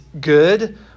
good